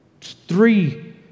three